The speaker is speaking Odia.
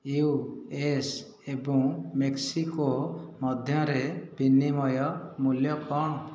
ୟୁ ଏସ୍ ଏବଂ ମେକ୍ସିକୋ ମଧ୍ୟରେ ବିନିମୟ ମୂଲ୍ୟ କ'ଣ